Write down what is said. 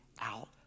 out